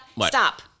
stop